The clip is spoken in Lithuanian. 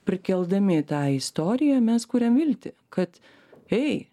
prikeldami tą istoriją mes kuriam viltį kad ei